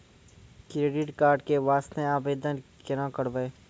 Credit card के वास्ते आवेदन केना करबै?